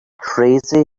crazy